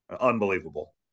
unbelievable